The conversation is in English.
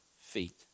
feet